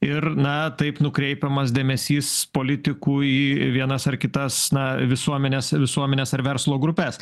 ir na taip nukreipiamas dėmesys politikų į vienas ar kitas na visuomenės visuomenės ar verslo grupes